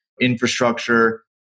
infrastructure